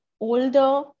older